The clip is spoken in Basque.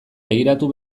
begiratu